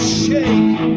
shake